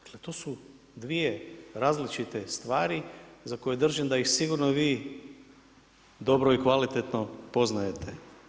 Dakle, to su dvije različite stvari za koje držim da ih sigurno vi dobro i kvalitetno poznajete.